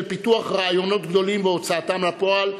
של פיתוח רעיונות גדולים והוצאתם לפועל,